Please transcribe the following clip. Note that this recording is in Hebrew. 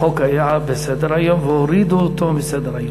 החוק היה בסדר-היום, והורידו אותו מסדר-היום.